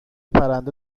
پرنده